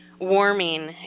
warming